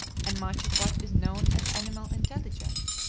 and much of what is known as animal intelligence,